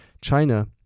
China